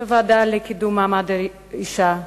בוועדה לקידום מעמד האשה,